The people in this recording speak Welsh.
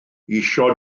isio